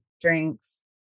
drinks